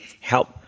help